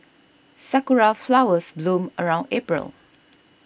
sakura flowers bloom around April